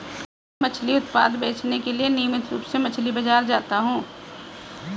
मैं मछली उत्पाद बेचने के लिए नियमित रूप से मछली बाजार जाता हूं